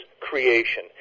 creation